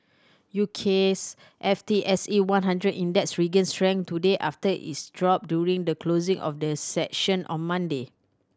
U K's F T S E one hundred Index regained strength today after its drop during the closing of the session on Monday